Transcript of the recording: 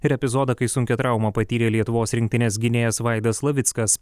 ir epizodą kai sunkią traumą patyrė lietuvos rinktinės gynėjas vaidas slavickas